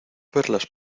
verlas